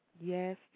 Yes